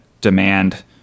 demand